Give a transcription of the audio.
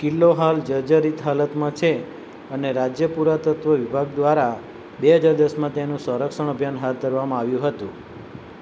કિલ્લો હાલ જર્જરિત હાલતમાં છે અને રાજ્ય પુરાતત્વ વિભાગ દ્વારા બે હજાર દસમાં તેનું સંરક્ષણ અભિયાન હાથ ધરવામાં આવ્યું હતું